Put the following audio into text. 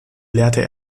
lehrte